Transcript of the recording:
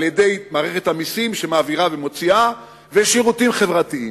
על-ידי מערכת המסים שמעבירה ומוציאה ועל-ידי שירותים חברתיים.